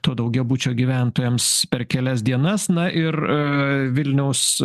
to daugiabučio gyventojams per kelias dienas na ir vilniaus